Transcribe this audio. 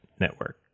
network